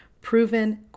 proven